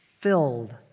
Filled